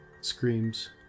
screams